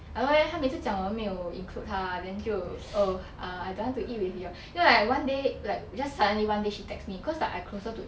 I don't know leh 她每次讲我们没有 men mei you include 她 then 就 oh err I don't want to eat with you then one day like just suddenly one day she text me cause like I closer to